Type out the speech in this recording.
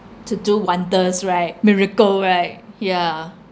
to do wonders right miracle right yeah